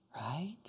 Right